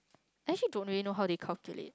I actually don't really know how they calculate